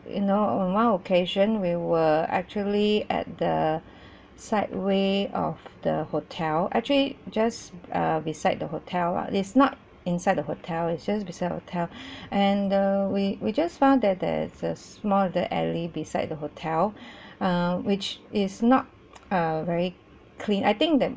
you know in one occasion we were actually at the sideway of the hotel actually just uh beside the hotel lah it's not inside the hotel it's just beside hotel and uh we we just found that there is a small little alley beside the hotel err which is not err very clean I think that